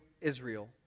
Israel